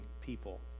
people